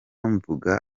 mvuga